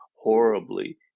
horribly